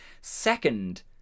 second